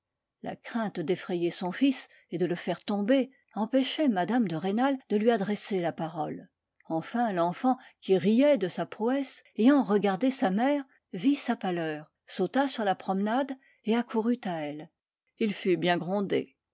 la crainte d'effrayer son fils et de le faire tomber empêchait mme de rênal de lui adresser la parole enfin l'enfant qui riait de sa prouesse ayant regardé sa mère vit sa pâleur sauta sur la promenade et accourut à elle il fut bien grondé